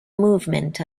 movement